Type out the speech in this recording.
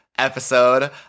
episode